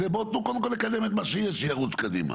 בואו תנו קודם כל לקדם את מה שיש שירוץ קדימה.